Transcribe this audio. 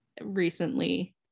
recently